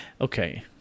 Okay